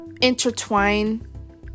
intertwine